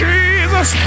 Jesus